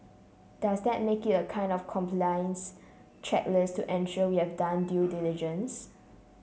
does that make it a kind of compliance checklist to ensure we have done due diligence